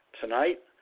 tonight